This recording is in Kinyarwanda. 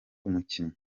umukinnyi